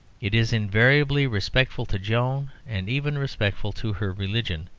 it is invariably respectful to joan, and even respectful to her religion.